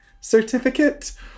certificate